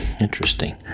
interesting